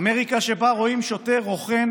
אמריקה שבה רואים שוטר רוכן